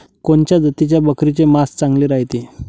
कोनच्या जातीच्या बकरीचे मांस चांगले रायते?